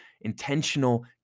intentional